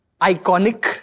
Iconic